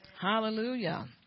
Hallelujah